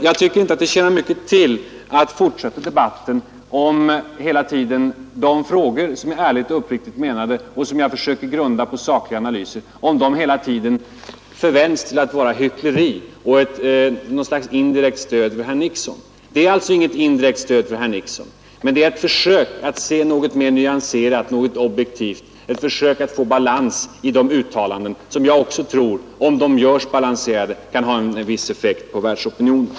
Jag tycker inte att det tjänar mycket till att fortsätta debatten, om frågor, som är ärligt och uppriktigt menade och som jag försöker grunda på sakliga analyser, hela tiden förvänds till att vara hyckleri och indirekt ett stöd för herr Nixon. Det är inget indirekt stöd för herr Nixon, men det är ett försök att se något mer nyanserat och objektivt, ett försök att få balans i uttalandena. Jag tror nämligen att balanserade uttalanden kan ha en viss effekt på världsopinionen.